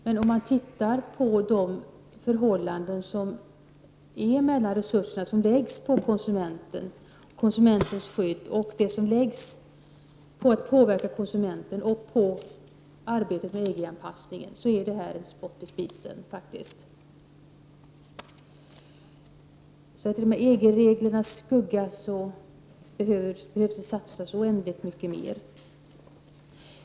Men om man ser på förhållandet mellan de resurser som läggs på konsumenten och konsumentens skydd å ena sidan och å den andra det som läggs på att påverka konsumenten och arbetet med EG-anpassningen, så finner man att de förstnämnda faktiskt är som spott i spisen så att säga. I EG-reglernas skugga behöver vi alltså satsa oändligt mycket mer pengar.